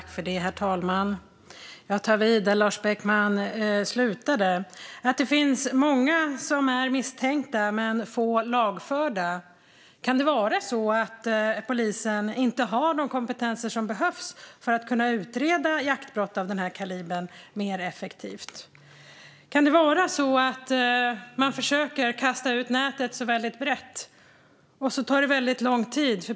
Herr talman! Jag tar vid där Lars Beckman slutade. Det finns många som är misstänkta men få lagförda. Kan det vara så att polisen inte har de kompetenser som behövs för att kunna utreda jaktbrott av den här kalibern mer effektivt? Kan det vara så att man försöker kasta ut nätet brett, och så tar det väldigt lång tid?